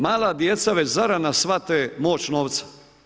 Mala djeca već zarana shvate moć novca.